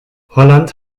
holland